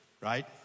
right